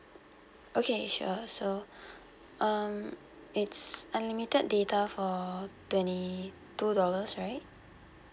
okay sure sure um it's unlimited data for twenty two dollars right